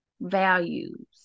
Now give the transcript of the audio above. values